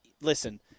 Listen